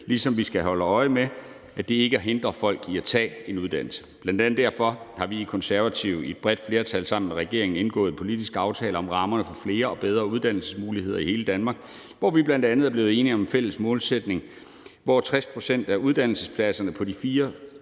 ligesom vi skal holde øje med, at det ikke hindrer folk i at tage en uddannelse. Bl.a. derfor har vi i Konservative i et bredt flertal sammen med regeringen indgået en politisk aftale om rammerne for flere og bedre uddannelsesmuligheder i hele Danmark. Vi er bl.a. blevet enige om en fælles målsætning om, at 60 pct. af uddannelsespladserne på de fire